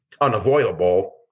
unavoidable